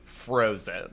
frozen